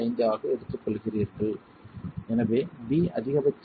5 ஆக எடுத்துக்கொள்கிறீர்கள் எனவே b அதிகபட்ச மதிப்பு 1